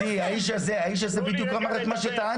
האיש הזה אמר בדיוק מה שטענו.